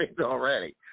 already